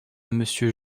monsieur